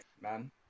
man